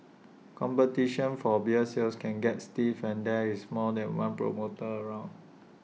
competition for beer sales can get stiff when there is more than one promoter around